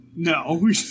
No